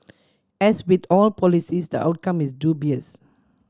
as with all policies the outcome is dubious